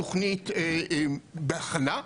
התוכנית בהכנה.